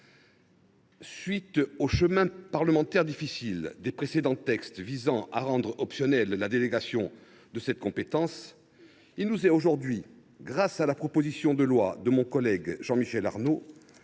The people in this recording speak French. et au chemin parlementaire difficile des précédents textes visant à rendre optionnelle la délégation de cette compétence, il nous est aujourd’hui donné l’occasion, grâce à la proposition de loi de notre collègue Jean Michel Arnaud,